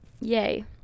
yay